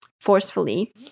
forcefully